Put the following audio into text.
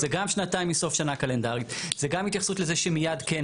זה גם שנתיים מסוף שנה קלנדרית,